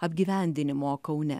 apgyvendinimo kaune